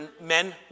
men